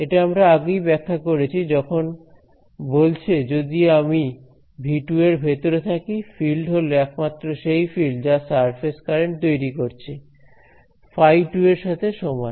এটা আমরা আগেই ব্যাখ্যা করেছি যখন বলছে যদি আমি V 2 এর ভেতরে থাকি ফিল্ড হল একমাত্র সেই ফিল্ড যা সারফেস কারেন্ট তৈরি করছে φ2 এর সাথে সমান